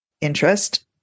interest